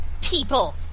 people